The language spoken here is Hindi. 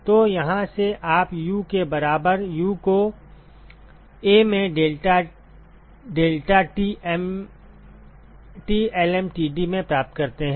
तो यहाँ से आप U के बराबर U को A में डेल्टा deltaTlmtd में प्राप्त करते हैं